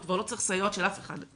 הוא כבר לא צריך סייעות של אף אחד.